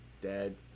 Dead